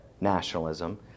nationalism